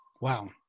Wow